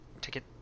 ticket